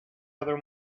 other